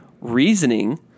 reasoning